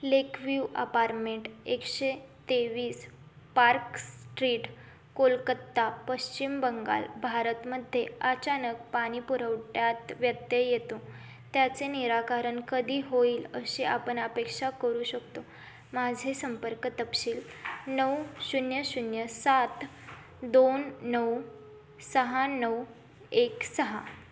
lake view apartment एकशे तेवीस park street Kolkata Paschim Bangal भारतमध्ये अचानक पाणी पुरवठ्यात व्यत्यय येतो त्याचे निराकारण कधी होईल अशी आपण अपेक्षा करू शकतो माझे संपर्क तपशील नऊ शून्य शून्य सात दोन नऊ सहा नऊ एक सहा